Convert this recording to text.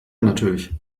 natürlich